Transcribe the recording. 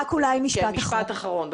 משפט אחרון.